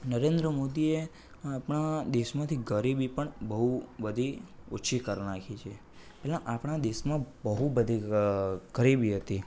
નરેન્દ્ર મોદીએ આપણા દેશમાંથી ગરીબી પણ બહુ બધી ઓછી કરી નાખી છે અહીંયા આપણા દેશમાં બહુ બધી ગરીબી હતી